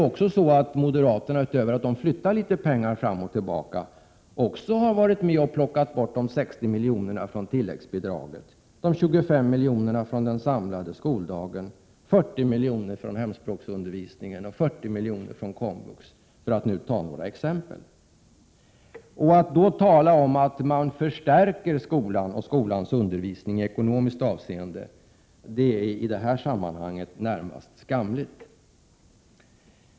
Moderaterna har också, utöver att de flyttar litet pengar fram och tillbaka, varit med om att plocka bort 60 milj.kr. från tilläggsbidraget, 25 milj.kr. från den samlade skoldagen, 40 milj.kr. från hemspråksundervisningen och 40 milj.kr. från komvux, för att nu ta några exempel. Att då tala om att man förstärker skolan och skolans undervisning i ekonomiskt avseende är i detta sammanhang närmast skamligt.